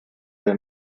der